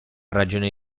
ragione